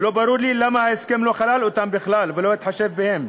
ולא ברור לי למה ההסכם לא כלל אותם בכלל ולא התחשב בהם.